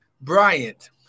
Bryant